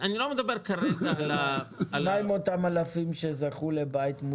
מה עם אותם אלפים שזכו לבית?